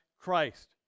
Christ